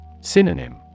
Synonym